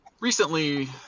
Recently